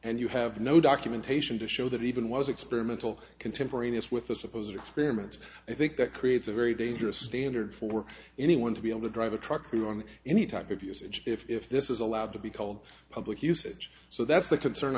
and you have no documentation to show that even was experimental contemporaneous with the supposed experiments i think that creates a very dangerous standard for anyone to be able to drive a truck through on any type of usage if this is allowed to be called public usage so that's the concern